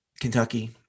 Kentucky